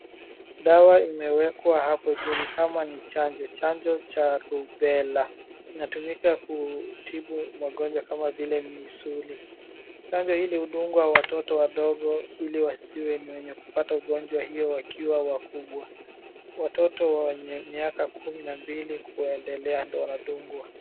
Dawa imewekwa hapo juu ni kama ni chanjo. Chanjo cha Rubela. Inatumika kutibu magonjwa kama vile misuli .Chanjo hili hudungwa watoto wadogo iliwasiwe ni wenye kupata ugonjwa hiyo wakiwa wakubwa. Watoto wenye miaka kumi na mbili kuendelea ndo wanadungwa.